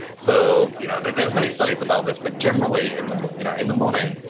so you know there's there's many studies about this, but generally, in the you know in the morning,